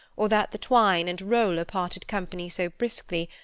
or that the twine and roller parted company so briskly,